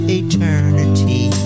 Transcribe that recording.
eternity